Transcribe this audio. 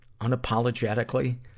unapologetically